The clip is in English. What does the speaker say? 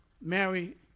Mary